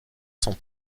sont